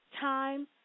time